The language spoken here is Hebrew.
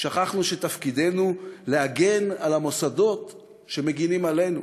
שכחנו שתפקידנו להגן על המוסדות שמגִנים עלינו,